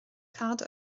cad